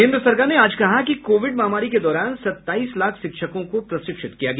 केन्द्र सरकार ने आज कहा कि कोविड महामारी के दौरान सत्ताईस लाख शिक्षकों को प्रशिक्षित किया गया